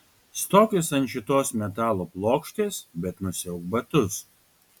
stokis ant šitos metalo plokštės bet nusiauk batus